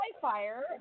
fire